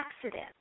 accident